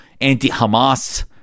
anti-Hamas